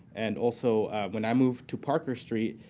and also when i moved to parker street,